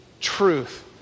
truth